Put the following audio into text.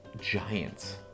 giants